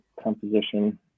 composition